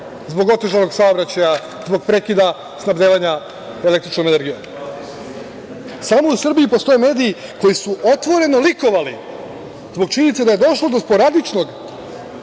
zbog otežanog saobraćaja, zbog prekida snabdevanja električnom energijom. Samo u Srbiji postoje mediji koji su otvoreno likovali zbog činjenice da je došlo do sporadičnog